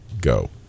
go